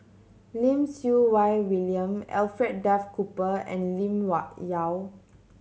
Lim Siew Wai William Alfred Duff Cooper and Lim Yau